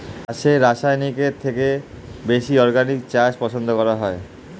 চাষে রাসায়নিকের থেকে বেশি অর্গানিক চাষ পছন্দ করা হয়